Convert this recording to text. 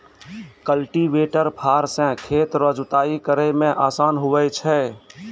cultivator फार से खेत रो जुताइ करै मे आसान हुवै छै